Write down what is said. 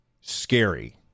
scary